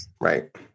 Right